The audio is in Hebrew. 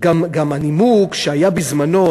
גם הנימוק שהיה בזמנו,